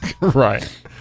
Right